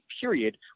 period